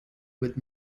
with